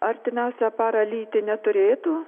artimiausią parą lyti neturėtų